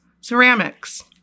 ceramics